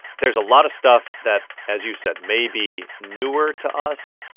there's a lot of stuff that, as you said, may be newer to us,